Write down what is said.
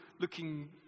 looking